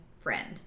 friend